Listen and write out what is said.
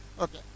Okay